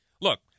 look